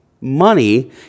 money